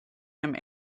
him